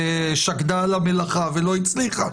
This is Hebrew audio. ששקדה על המלאכה ולא הצליחה.